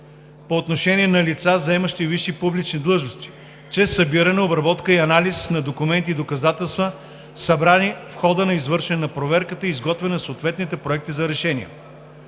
по отношение на лица, заемащи висша публична длъжност, чрез събиране, обработка и анализ на документи и доказателства, събрани в хода на извършване на проверката и изготвяне на съответните проекти на решения.